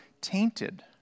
tainted